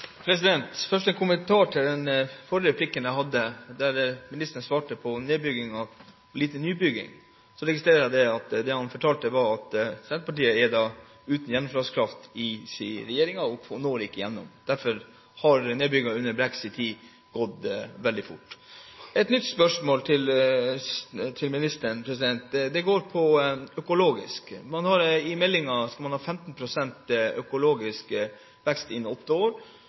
Først en kommentar til den forrige replikken jeg hadde, der ministeren svarte på nedbygging – at det har vært lite nybygging. Så registrerer jeg at det han fortalte, var at Senterpartiet er uten gjennomslagskraft i regjeringen og når ikke gjennom. Derfor har nedbyggingen under Brekks tid gått veldig fort. Et nytt spørsmål til ministeren går på økologisk produksjon. I meldingen står det at innen åtte år skal 15 pst. være økologisk. Man har i